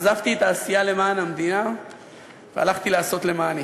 עזבתי את העשייה למען המדינה והלכתי לעשות למעני.